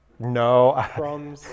No